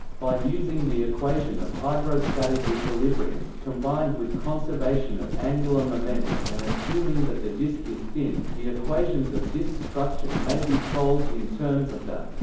by using the equation of hydrostatic equilibrium, combined with conservation of angular momentum and assuming that the disk is thin, the equations of disk structure may be solved in terms of the